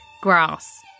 grass